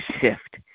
shift